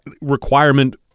requirement